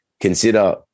consider